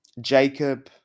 Jacob